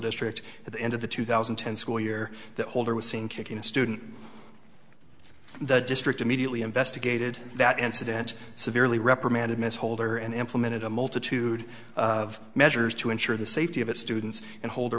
district at the end of the two thousand and ten school year that holder was seen kicking a student the district immediately investigated that incident severely reprimanded miss holder and implemented a multitude of measures to ensure the safety of its students and hold